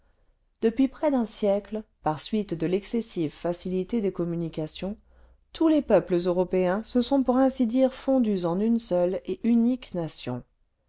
depuis près d'un siècle par suite de l'excessive facilité des communications tous les peuples européens se sont pour ainsi dire fondus en une seule et unique